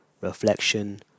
reflection